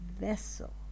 vessel